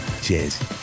Cheers